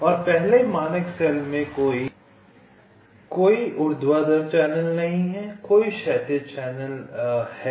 और पहले मानक सेल में कोई ऊर्ध्वाधर चैनल नहीं हैं केवल क्षैतिज चैनल हैं